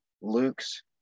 Luke's